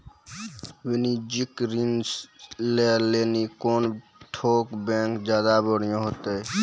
वाणिज्यिक ऋण लै लेली कोन ठो बैंक ज्यादा बढ़िया होतै?